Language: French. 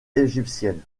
égyptienne